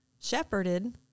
shepherded